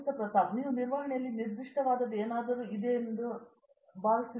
ಪ್ರತಾಪ್ ಹರಿಡೋಸ್ ಆದರೆ ನೀವು ನಿರ್ವಹಣೆಯಲ್ಲಿ ನಿರ್ದಿಷ್ಟವಾದದ್ದು ಯಾವುದಾದರೂ ಇದೆಯೆಂದರೆ ನಾನು ಭಾವಿಸುತ್ತೇನೆ